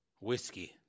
whiskey